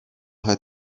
had